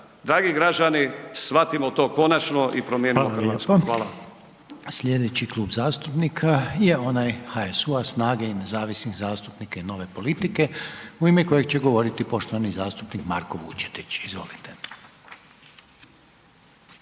Dragi građani, shvatimo to konačno i promijenimo RH. Hvala.